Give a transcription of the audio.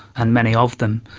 and many of them.